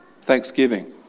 thanksgiving